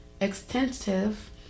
extensive